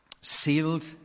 Sealed